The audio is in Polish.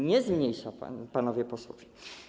Nie zmniejsza, panowie posłowie.